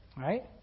right